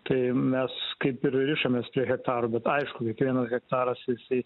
tai mes kaip ir rišamės prie hektarų bet aišku kiekvienas hektaras jisai